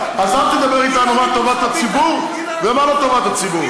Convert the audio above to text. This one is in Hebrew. אז אל תדבר איתנו על טובת הציבור ומה לא טובת הציבור.